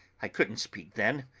i couldn't speak then,